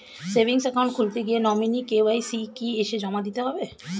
Savings account খুলতে গিয়ে nominee KYC কি এসে জমা দিতে হবে?